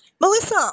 Melissa